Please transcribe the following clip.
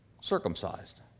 circumcised